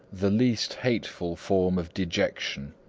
the least hateful form of dejection.